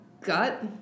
gut